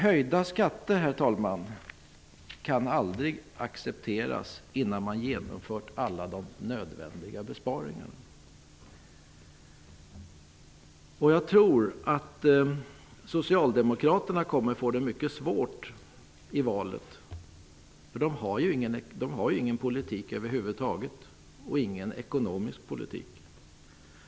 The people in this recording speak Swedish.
Höjda skatter kan aldrig accepteras innan man genomfört alla de nödvändiga besparingarna. Jag tror att socialdemokraterna kommer att få det mycket svårt i valet, för de har ingen politik över huvud taget och ingen ekonomisk politik.